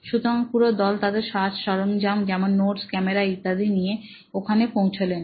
সুতরাং পুরো দল তাদের সাজসরঞ্জাম যেমন নোটস ক্যামেরা ইত্যাদি নিয়ে ওখানে পৌঁছলেন